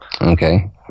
Okay